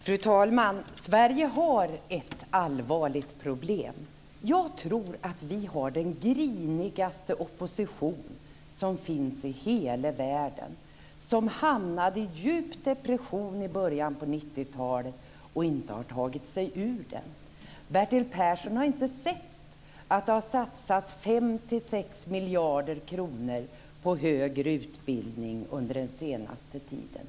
Fru talman! Sverige har ett allvarligt problem. Jag tror att vi har den grinigaste opposition som finns i hela världen, som hamnade i en djup depression i början på 90-talet och inte har tagit sig ur den. Bertil Persson har inte sett att det har satsats 5 6 miljarder kronor på högre utbildning under den senaste tiden.